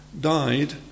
died